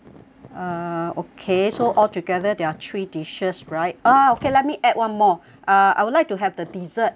uh okay so altogether there are three dishes right ah okay let me add one more uh I would like to have the dessert